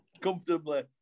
Comfortably